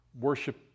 worship